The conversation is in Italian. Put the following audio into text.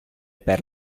per